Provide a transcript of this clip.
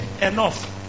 Enough